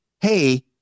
hey